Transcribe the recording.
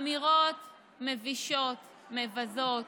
אמירות מבישות, מבזות,